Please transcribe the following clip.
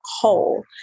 whole